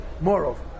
Moreover